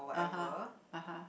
(uh huh)